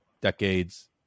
decades